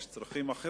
יש צרכים אחרים,